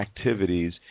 activities